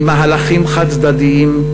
ממהלכים חד-צדדיים,